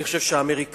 אני חושב שהאמריקנים,